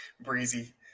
Breezy